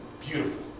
beautiful